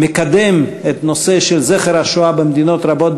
מקדם את הנושא של זכר השואה במדינות רבות